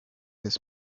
this